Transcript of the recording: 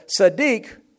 Sadiq